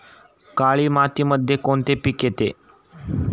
काळी मातीमध्ये कोणते पिके येते?